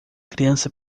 criança